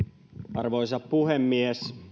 arvoisa puhemies